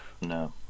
No